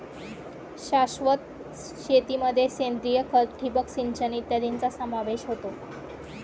शाश्वत शेतीमध्ये सेंद्रिय खत, ठिबक सिंचन इत्यादींचा समावेश होतो